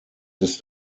ist